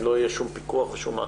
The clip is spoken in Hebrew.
אם לא יהיה פיקוח ומעקב,